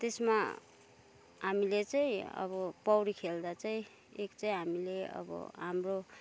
त्यसमा हामीले चाहिँ अब पौडी खेल्दा चाहिँ एक चाहिँ हामीले अब हाम्रो